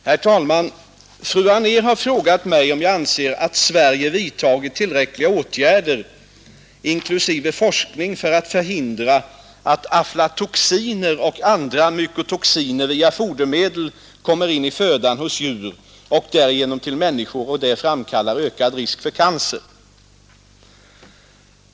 Herr talman! Fru Anér har frågat mig om jag anser att Sverige vidtagit tillräckliga åtgärder inklusive forskning för att förhindra att aflatoxiner och andra mycotoxiner via fodermedel kommer in i födan hos djur och därigenom till människor och där framkallar ökad risk för cancer.